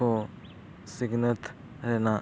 ᱠᱚ ᱥᱤᱠᱷᱱᱟᱹᱛ ᱨᱮᱱᱟᱜ